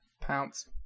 Pounce